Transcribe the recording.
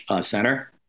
center